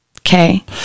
Okay